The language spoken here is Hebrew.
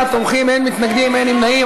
38 תומכים, אין מתנגדים, אין נמנעים.